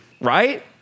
Right